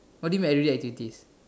what do you mean everyday activities